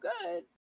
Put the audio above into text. good